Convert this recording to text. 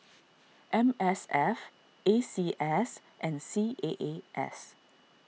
M S F A C S and C A A S